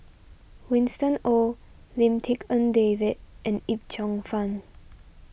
Winston Oh Lim Tik En David and Yip Cheong Fun